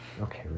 Okay